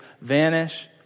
vanish